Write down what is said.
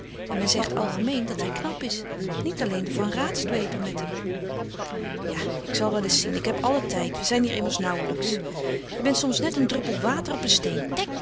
en men zegt algemeen dat hij knap is niet alleen de van raats dwepen met hem ja ik zal wel eens zien ik heb allen tijd we zijn hier immers nauwlijks je bent soms net een druppel water op een steen